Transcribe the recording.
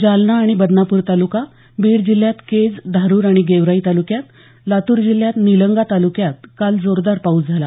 जालना आणि बदनापूर तालुका बीड जिल्ह्यात केज धारूर आणि गेवराई तालुक्यांत लातूर जिल्ह्यात निलंगा तालुक्यात काल जोरदार पाऊस झाला